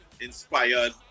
inspired